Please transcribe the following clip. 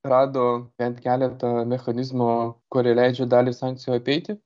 rado bent keletą mechanizmų kurie leidžia dalį sankcijų apeiti